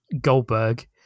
Goldberg